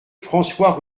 françois